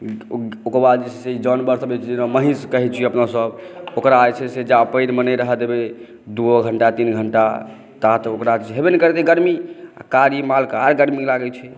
ओकर बाद जे छै से जानवर कहि सकै छिए जेकरा महीस कहै छिए अपनसभ ओकरा जे छै जा पानिमे नहि रहै देबै दुइओ घण्टा तीन घण्टा तेँ तक ओकरा हेबे नहि करतै गरमी कारी मालक आओर गरमी लागै छै